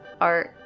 art